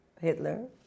Hitler